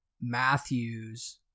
Matthews